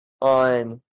on